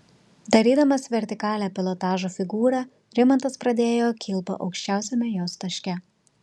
darydamas vertikalią pilotažo figūrą rimantas pradėjo kilpą aukščiausiame jos taške